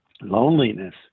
Loneliness